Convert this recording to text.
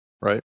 right